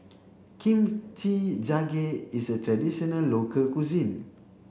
Kim Chi Jjigae is a traditional local cuisine